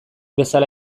bezala